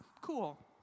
cool